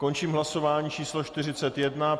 Končím hlasování číslo 41.